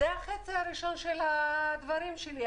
זה החצי הראשון של הדברים שלי.